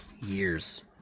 years